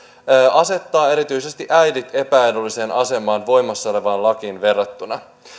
asettaa erityisesti äidit epäedulliseen asemaan voimassa olevaan lakiin verrattuna